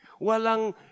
walang